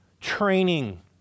training